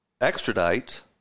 extradite